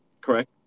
Correct